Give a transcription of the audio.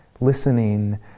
listening